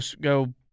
go